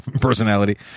personality